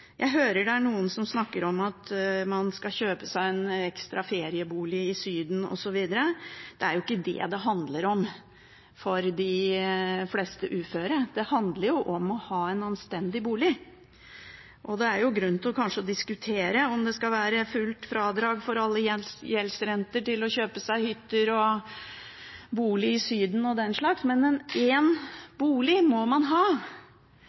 Jeg hører noen snakke om at man skal kjøpe seg en ekstra feriebolig i Syden osv. Det er jo ikke det det handler om for de fleste uføre. Det handler om å ha en anstendig bolig, og det er kanskje grunn til å diskutere om det skal være fullt fradrag for alle gjeldsrenter til å kjøpe seg hytter og bolig i Syden, og den slags, men en bolig må man ha,